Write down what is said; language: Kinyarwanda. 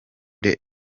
the